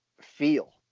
feel